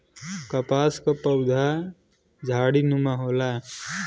कपास क पउधा झाड़ीनुमा होला